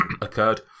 occurred